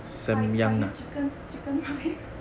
fire chicken chicken fire